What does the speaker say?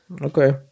Okay